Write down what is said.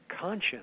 conscience